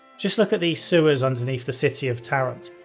just look at these sewers underneath the city of tarant.